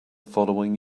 following